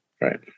right